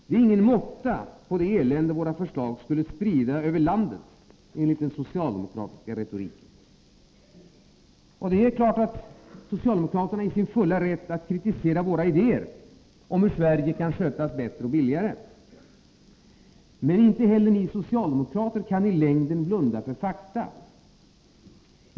Det är ingen måtta på det elände våra förslag skulle sprida över landet, enligt den socialdemokratiska retoriken. Socialdemokraterna är naturligtvis i sin fulla rätt att kritisera våra idéer om hur Sverige kan skötas billigare och bättre, men kan inte i längden blunda för fakta.